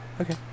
Okay